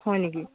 হয় নেকি